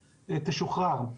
תשוחרר.